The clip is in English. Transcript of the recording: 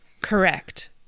Correct